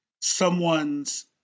someone's